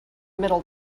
middle